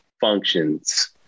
functions